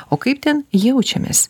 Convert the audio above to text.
o kaip ten jaučiamės